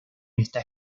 esta